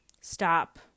stop